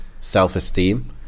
self-esteem